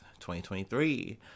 2023